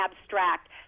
abstract